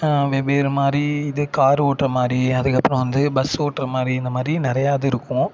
வெவ்வேறு மாதிரி இது கார் ஓட்டுற மாதிரி அதுக்கப்புறம் வந்து பஸ் ஓட்டுற மாதிரி இந்த மாதிரி நிறையா இது இருக்கும்